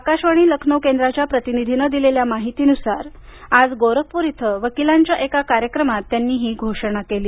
आकाशवाणी लखनौ केंद्राच्या प्रतिनिधीनं दिलेल्या माहितीनुसार आज गोरखपूर इथं वकिलांच्या एका कार्यक्रमात त्यांनी ही घोषणा केली